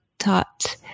Taught